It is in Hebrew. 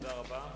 תודה רבה.